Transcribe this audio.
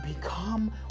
become